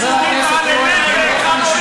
יש הרבה היגיון בהצעת החוק הזאת,